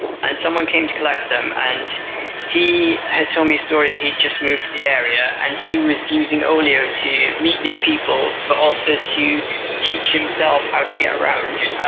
and someone came to collect them and he had told me story that he just moved to the area and he was using olio to meet new people, but also to teach himself how to get around.